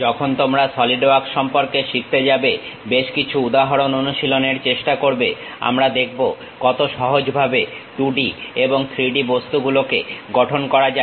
যখন তোমরা SolidWorks সম্পর্কে শিখতে যাবে বেশ কিছু উদাহরণ অনুশীলনের চেষ্টা করবে আমরা দেখবো কত সহজভাবে 2D এবং 3D বস্তুগুলোকে গঠন করা যায়